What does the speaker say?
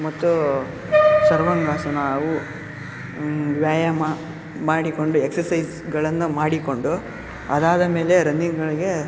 ಮತ್ತು ಸರ್ವಾಂಗಾಸನ ಅವು ವ್ಯಾಯಾಮ ಮಾಡಿಕೊಂಡು ಎಕ್ಸಸೈಸ್ಗಳನ್ನು ಮಾಡಿಕೊಂಡು ಅದಾದ ಮೇಲೆ ರನ್ನಿಂಗ್ಗಳಿಗೆ